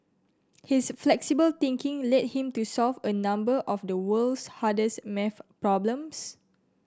his flexible thinking led him to solve a number of the world's hardest maths problems